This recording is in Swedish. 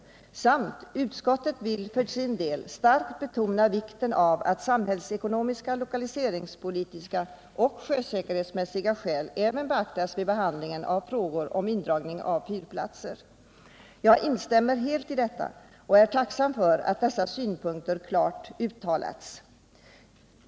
Vidare anförs: ”Utskottet vill för sin del starkt betona vikten av att samhällsekonomiska, lokaliseringspolitiska och sjösäkerhetsmässiga skäl beaktas även Jag instämmer helt i detta och är tacksam för att dessa synpunkter klart uttalas.